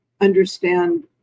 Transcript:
understand